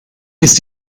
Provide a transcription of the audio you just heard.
ist